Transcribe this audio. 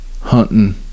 hunting